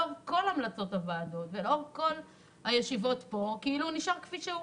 לאור כל ההמלצות ולאור כל הישיבות נשאר כפי שהוא.